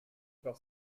par